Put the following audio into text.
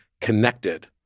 connected